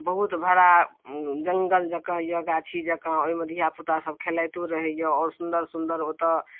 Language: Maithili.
बहुत बड़ा जङ्गल जकाँ अइ गाछी जकाँ ओहिमे धिआपुतासभ खेलाइतो रहै अइ आओर सुन्दर सुन्दर ओतऽ